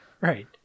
Right